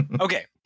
okay